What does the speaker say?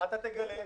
אתה תגלה.